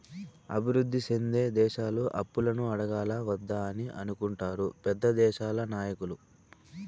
అభివృద్ధి సెందే దేశాలు అప్పులను అడగాలా వద్దా అని అనుకుంటారు పెద్ద దేశాల నాయకులు